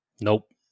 Nope